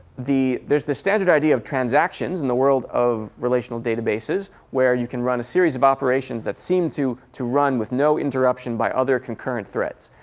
there's the standard idea of transactions in the world of relational databases where you can run a series of operations that seem to to run with no interruption by other concurrent threads.